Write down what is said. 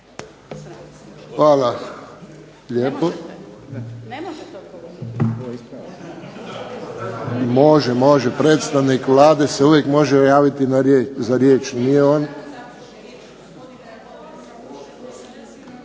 ne razumije se./… Može, može. Predstavnik Vlade se uvijek, može javiti za riječ, nije on…